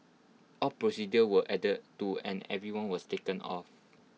all procedures were adhered to and everyone was taken of